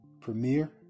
premiere